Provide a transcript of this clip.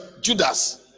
Judas